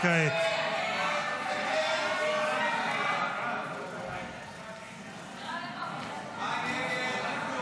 טטיאנה מזרסקי, יסמין פרידמן, דבי ביטון,